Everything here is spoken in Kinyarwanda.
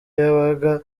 yabaga